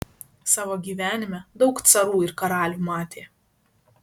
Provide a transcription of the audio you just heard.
savo gyvenime daug carų ir karalių matė